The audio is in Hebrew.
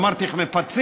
שאלתי איך מפצים,